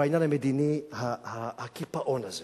בעניין המדיני, הקיפאון הזה